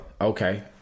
Okay